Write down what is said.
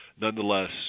Nonetheless